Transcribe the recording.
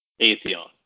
Atheon